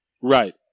Right